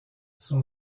son